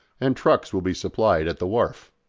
and trucks will be supplied at the wharf.